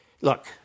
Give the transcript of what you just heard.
Look